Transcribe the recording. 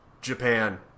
Japan